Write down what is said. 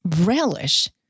relish